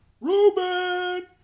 Ruben